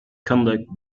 conduct